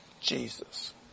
Jesus